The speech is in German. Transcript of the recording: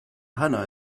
hanna